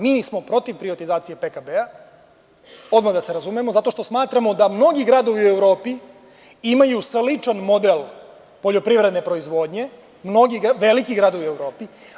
Mi smo protiv privatizacije PKB-a, odmah da se razumemo, zato što smatramo da mnogi gradovi u Evropi imaju sličan model poljoprivredne proizvodnje, mnogi veliki gradovi u Evropi.